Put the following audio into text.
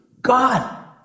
God